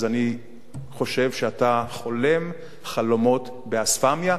אז אני חושב שאתה חולם חלומות באספמיה,